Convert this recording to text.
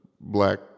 black